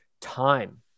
time